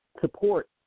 support